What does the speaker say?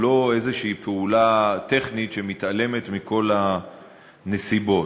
הוא לא איזושהי פעולה טכנית שמתעלמת מכל הנסיבות.